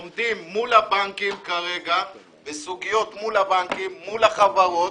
הם עומדים מול הבנקים ומול החברות.